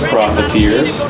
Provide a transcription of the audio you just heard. Profiteers